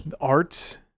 art